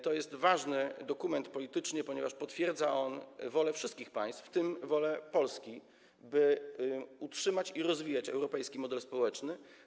To jest ważny dokument polityczny, ponieważ potwierdza on wolę wszystkich państw, w tym wolę Polski, by utrzymać i rozwijać europejski model społeczny.